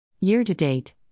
Year-to-date